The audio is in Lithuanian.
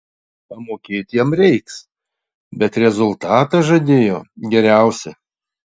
pamokėt jam reiks bet rezultatą žadėjo geriausią